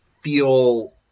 feel